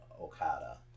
Okada